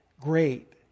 great